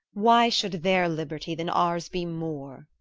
why should their liberty than ours be more?